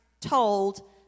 told